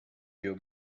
you